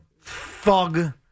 thug